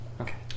Okay